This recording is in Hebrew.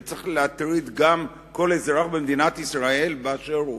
וצריך להטריד גם כל אזרח במדינת ישראל באשר הוא,